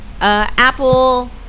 Apple